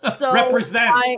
Represent